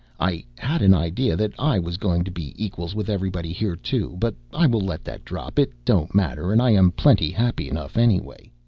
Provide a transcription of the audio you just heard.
i had an idea that i was going to be equals with everybody here, too, but i will let that drop. it don't matter, and i am plenty happy enough anyway.